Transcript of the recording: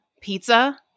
pizza